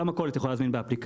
גם מכולת יכולה להזמין באפליקציה.